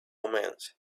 omens